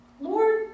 Lord